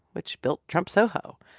which built trump soho.